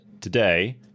today